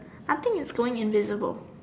I think it's going invisible